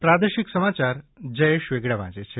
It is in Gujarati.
પ્રાદેશિક સમાચાર જયેશ વેગડા વાંચે છે